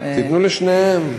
תיתנו לשתיהן.